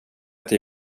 till